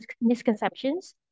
misconceptions